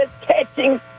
catching